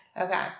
Okay